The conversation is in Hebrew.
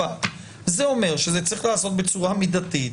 זה אומר שזה צריך להיעשות בצורה מידתית,